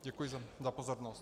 Děkuji za pozornost.